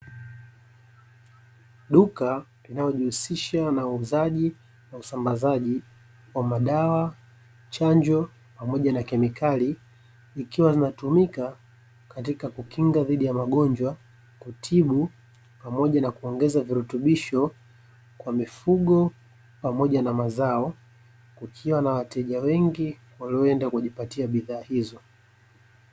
Duka linalojihusisha na uuzaji na usambazaji wa madawa, chanjo pamoja na kemikali, ikiwa zinatumika katika kukinga dhidi ya magonjwa, kutibu pamoja na kuongeza virutubisho kwa mifugo pamoja na mazao, kukiwa na wateja wengi walioenda kujipatia bidhaa hizo.